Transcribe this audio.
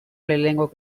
lehenengo